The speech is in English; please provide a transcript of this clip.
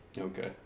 Okay